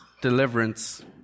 deliverance